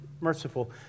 merciful